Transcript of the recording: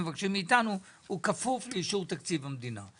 הוא כפוף לאישור תקציב המדינה.